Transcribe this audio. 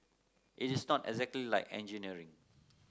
it is not exactly like engineering